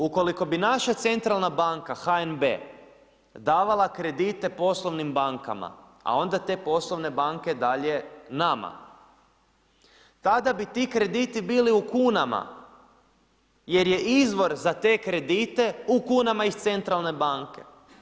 Ukoliko bi naša centralna banka HNB davala kredite poslovnim bankama a onda te poslovne banke dalje nama, tada bi ti krediti bili u kunama jer je izvor za te kredite u kunama iz centralne banke.